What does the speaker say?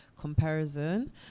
comparison